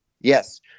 Yes